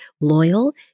loyal